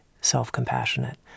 self-compassionate